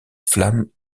flamme